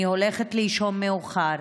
אני הולכת לישון מאוחר.